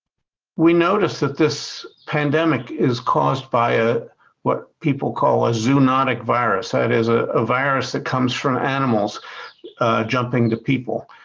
we notice that this pandemic is caused by ah what people call a zoonotic virus. that and is a ah virus that comes from animals jumping to people.